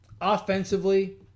Offensively